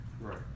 Right